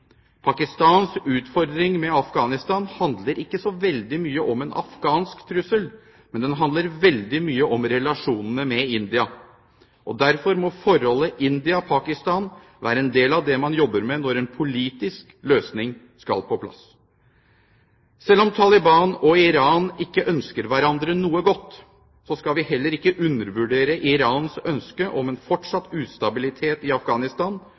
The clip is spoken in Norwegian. Pakistans utfordring med Afghanistan handler ikke så veldig mye om en afghansk trussel, men den handler veldig mye om relasjonene med India. Derfor må forholdet India–Pakistan være en del av det man jobber med, når en politisk løsning skal på plass. Selv om Taliban og Iran ikke ønsker hverandre noe godt, skal vi heller ikke undervurdere Irans ønske om en fortsatt utstabilitet i Afghanistan,